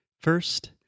First